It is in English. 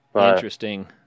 Interesting